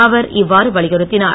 அவர் இவ்வாறு வலியுறுத்திஞர்